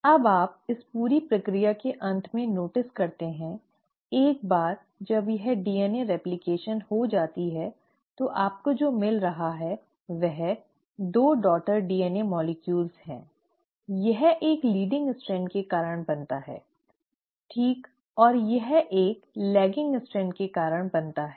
अब आप इस पूरी प्रक्रिया के अंत में नोटिस करते हैं एक बार जब यह डीएनए रेप्लकेशन हो जाता है तो आपको जो मिल रहा है वह 2 डॉटर डीएनए अणु हैं यह एक लीडिंग स्ट्रैंड के कारण बनता है ठीक और यह एक लैगिंग स्ट्रैंड के कारण बनता है